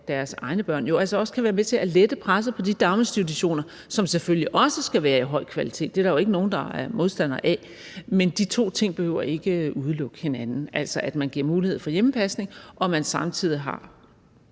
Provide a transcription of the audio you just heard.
deres egne børn, jo altså også kan være med til at lette presset på de daginstitutioner, som selvfølgelig også skal være af høj kvalitet. Det er der jo ikke er nogen der er modstander af. Men de to ting behøver ikke at udelukke hinanden, altså at man giver mulighed for hjemmepasning, og at man samtidig har